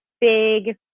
big